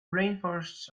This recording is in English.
rainforests